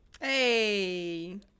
Hey